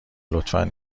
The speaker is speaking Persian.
لطفا